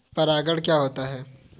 परागण क्या होता है?